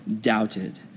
doubted